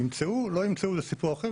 ימצאו, לא ימצאו, זה סיפור אחר.